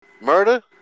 Murder